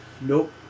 Nope